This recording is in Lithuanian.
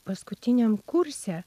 paskutiniam kurse